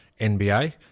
NBA